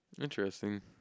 Interesting